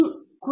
Ranganathan T